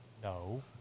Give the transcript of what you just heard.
No